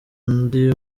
undi